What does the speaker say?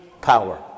power